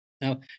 Now